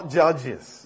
judges